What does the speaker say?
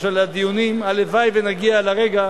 יש עליה דיונים, הלוואי שנגיע לרגע